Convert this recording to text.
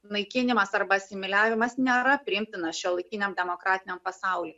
naikinimas arba asimiliavimas nėra priimtina šiuolaikiniam demokratiniam pasauliui